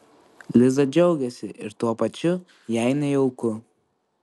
liza džiaugiasi ir tuo pačiu jai nejauku